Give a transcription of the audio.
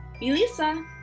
Elisa